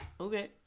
Okay